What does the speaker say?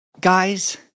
Guys